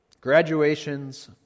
graduations